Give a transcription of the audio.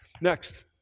Next